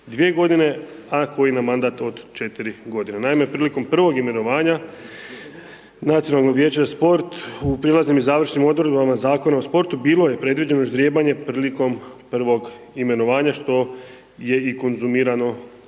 od 2 godine, a koji na mandat od 4 godine. Naime, prilikom prvog imenovanja, Nacionalno vijeće za sport u prijelaznim i završnim odredbama Zakona o sportu bilo je predviđeno ždrijebanje prilikom prvog imenovanja, što je i konzumirano